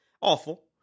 Awful